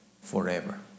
forever